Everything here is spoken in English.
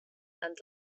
and